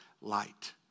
light